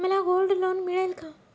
मला gold loan मिळेल का?